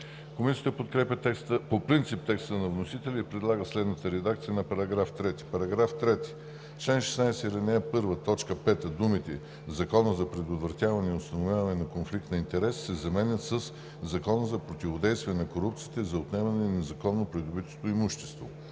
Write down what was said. Комисията подкрепя по принцип текста на вносителя и предлага следната редакция на § 3: „§ 3. В чл. 16, ал. 1, т. 5 думите „Закона за предотвратяване и установяване на конфликт на интереси“ се заменят със „Закона за противодействие на корупцията и за отнемане на незаконно придобитото имущество“.“